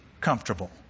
comfortable